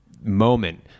moment